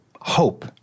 hope